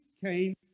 came